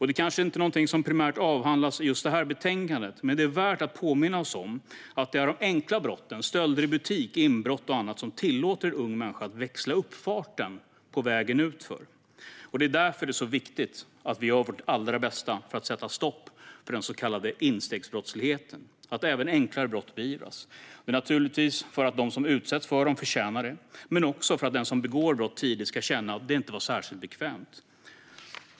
Det är kanske inget som primärt avhandlas i detta betänkande, men det är värt att påminna oss om att det är de enkla brotten stölder i butik, inbrott och annat som tillåter en ung människa att växla upp farten på vägen utför. Det är därför som det är så viktigt att vi gör vårt allra bästa för att sätta stopp för den så kallade instegsbrottsligheten, att även enklare brott beivras. Det är naturligtvis också viktigt för att de som utsätts för dem förtjänar det, men också för att den som begår brott tidigt ska känna att det inte var särskilt bekvämt.